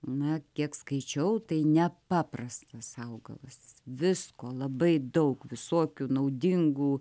na kiek skaičiau tai nepaprastas augalas visko labai daug visokių naudingų